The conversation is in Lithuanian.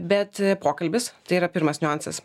bet pokalbis tai yra pirmas niuansas